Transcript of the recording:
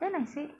then I say